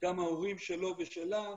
גם ההורים שלו ושלה,